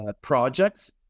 projects